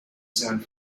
sound